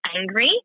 angry